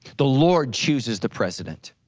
the lord chooses the president.